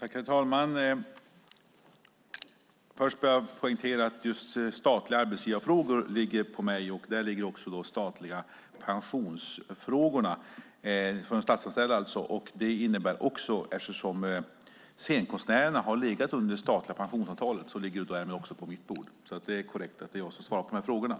Herr talman! Först vill jag bara poängtera att just statliga arbetsgivarfrågor ligger hos mig och också de statliga pensionsfrågorna, alltså pensioner för statsanställda. Eftersom scenkonstnärerna har legat under det statliga pensionsavtalet ligger den här frågan på mitt bord, så det är korrekt att det är jag som ska svara på de här frågorna.